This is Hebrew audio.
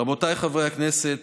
רבותיי חברי הכנסת,